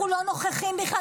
אנחנו לא נוכחים בכלל.